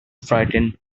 frightened